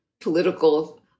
political